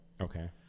Okay